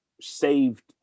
saved